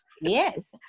yes